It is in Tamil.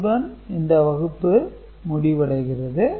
இத்துடன் இந்த வகுப்பு முடுவடைகிறது